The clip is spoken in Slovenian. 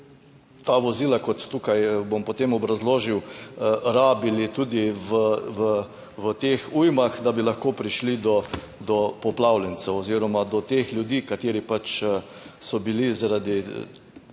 ta vozila, kot tukaj bom potem obrazložil, rabili tudi v teh ujmah, da bi lahko prišli do poplavljencev oziroma do teh ljudi, kateri pač so bili zaradi